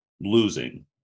losing